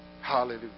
Hallelujah